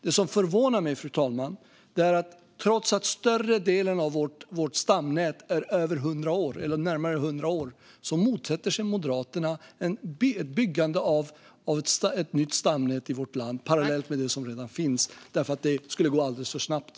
Det som förvånar mig, fru talman, är att Moderaterna, trots att större delen av vårt stamnät är närmare 100 år gammalt, motsätter sig byggande av ett nytt stamnät i vårt land parallellt med det som redan finns därför att det skulle gå alldeles för snabbt.